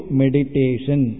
meditation